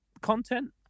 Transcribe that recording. content